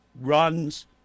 runs